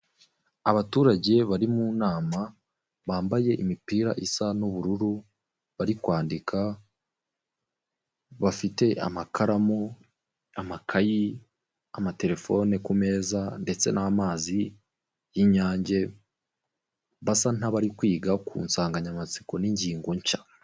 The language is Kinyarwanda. Abaturage bari mu nama bambaye imipira isa n'ubururu bari kwandika bafite amakaramu, amakayi, amatelefone ku meza ndetse n'amazi y'inyange basa n'abari kwiga ku nsanganyamatsiko n'ingingo nshya.